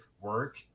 work